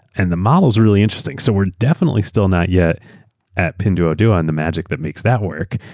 and the models are really interesting. so we're definitely still not yet at pinduoduo on the magic that makes that work.